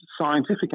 scientific